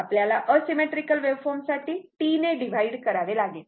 आपल्याला asymmetrical waveform साठी T ने डिव्हाइड करावे लागेल